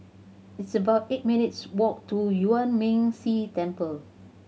it's about eight minutes' walk to Yuan Ming Si Temple